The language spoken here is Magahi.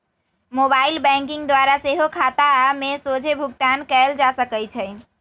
मोबाइल बैंकिंग द्वारा सेहो खता में सोझे भुगतान कयल जा सकइ छै